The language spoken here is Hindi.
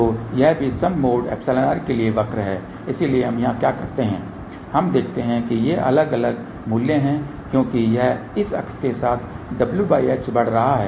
तो यह भी सम मोड εr के लिए वक्र है इसलिए हम यहां क्या करते हैं हम देखते हैं कि ये अलग अलग मूल्य हैं क्योंकि यह इस अक्ष के साथ wh बढ़ रहा है